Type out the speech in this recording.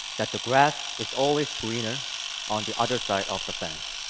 that the grass is always greener on the other side of the fence,